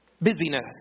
Busyness